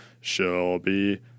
Shelby –